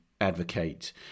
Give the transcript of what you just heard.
advocate